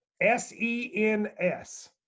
S-E-N-S